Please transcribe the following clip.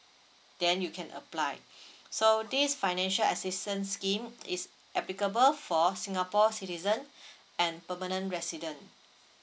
then you can apply so this financial assistance scheme is applicable for singapore citizen and permanent resident